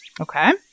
Okay